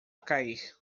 cair